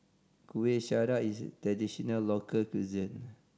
Kuih Syara is a traditional local cuisine